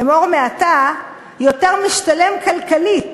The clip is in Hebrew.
אמור מעתה, יותר משתלם כלכלית